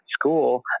school